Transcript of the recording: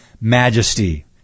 Majesty